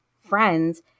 friends